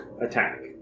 attack